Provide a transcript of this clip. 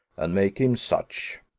and make him such.